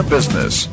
Business